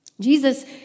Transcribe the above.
Jesus